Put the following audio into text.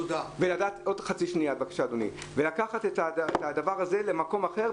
צריך לקחת את הדבר הזה למקום אחר.